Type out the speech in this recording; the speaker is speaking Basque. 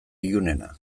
ilunena